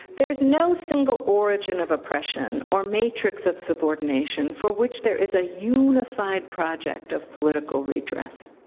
there's no single origin of oppression or matrix of subordination for which there is a unified project of political redress.